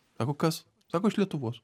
sako kas sako iš lietuvos